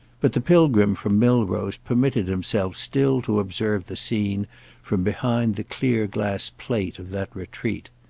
but the pilgrim from milrose permitted himself still to observe the scene from behind the clear glass plate of that retreat.